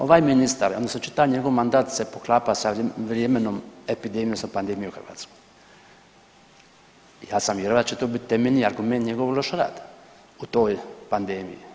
Ovaj ministar odnosno čitav njegov mandat se poklapa sa ovim vremenom epidemijom, sa pandemijom u Hrvatskoj i ja sam vjerovao da će to bit temeljni argument njegovog lošeg rada u toj pandemiji.